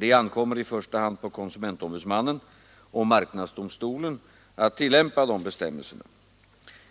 Det ankommer i första hand på konsumentombudsmannen och marknadsdomstolen att tillämpa dessa bestämmelser.